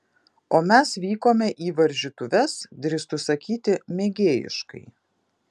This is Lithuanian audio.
o mes vykome į varžytuves drįstu sakyti mėgėjiškai